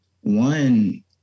One